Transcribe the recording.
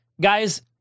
Guys